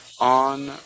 on